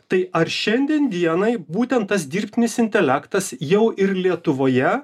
tai ar šiandien dienai būtent tas dirbtinis intelektas jau ir lietuvoje